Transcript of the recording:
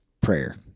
prayer